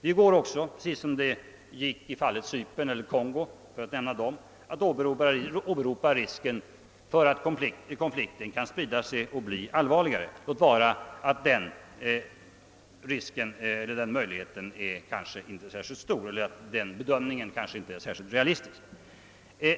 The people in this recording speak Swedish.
Det går också — precis som i fråga om exempelvis Cypern och Kongo — att åberopa risken att konflikten kan sprida sig och bli allvarligare, låt vara att en sådan bedömning kanske inte är särskilt realistisk.